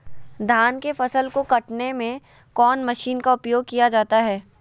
धान के फसल को कटने में कौन माशिन का उपयोग किया जाता है?